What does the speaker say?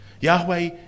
Yahweh